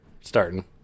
starting